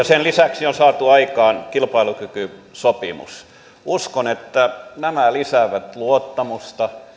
sen lisäksi on saatu aikaan kilpailukykysopimus uskon että nämä lisäävät luottamusta